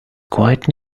quite